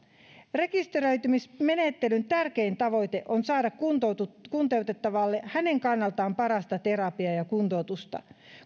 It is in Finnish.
rekisteröitymismenettelyn tärkein tavoite on saada kuntoutettavalle hänen kannaltaan parasta terapiaa ja kuntoutusta